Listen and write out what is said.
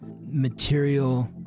material